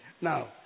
Now